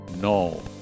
no